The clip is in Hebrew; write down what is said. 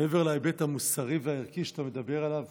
מעבר להיבט המוסרי והערכי שאתה מדבר עליו